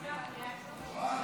5,